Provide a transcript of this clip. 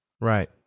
Right